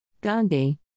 Gandhi